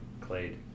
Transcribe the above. Clade